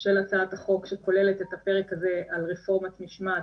של הצעת החוק שכוללת את הפרק הזה על רפורמת משמעת